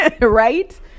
Right